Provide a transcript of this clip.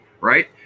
right